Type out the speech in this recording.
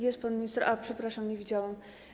Jest pan minister, a, przepraszam, nie widziałam.